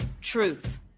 Truth